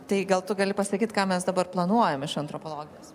tai gal tu gali pasakyt ką mes dabar planuojam iš antropologijos